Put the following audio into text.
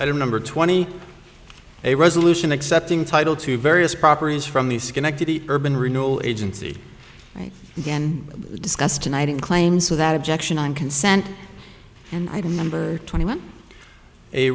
i remember twenty a resolution accepting title to various properties from the schenectady urban renewal agency again discussed tonight in claims without objection on consent and i remember twenty one a